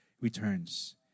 returns